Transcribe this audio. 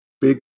big